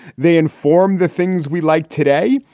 they inform the things we like today.